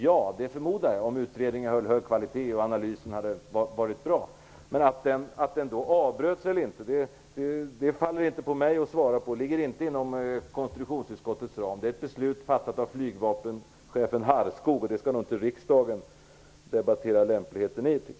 Jag förmodar det - om utredningen hade varit av en hög kvalitet och analysen hade varit bra. Frågan om varför den avbröts eller inte ankommer inte på mig att svara på. Det ligger inte inom konstitutionsutskottets ram. Det är ett beslut som är fattat av flygvapenchefen Harrskog. Jag tycker inte att riksdagen skall debattera lämpligheten i det. Tack!